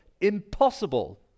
impossible